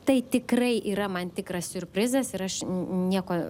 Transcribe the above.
tai tikrai yra man tikras siurprizas ir aš nieko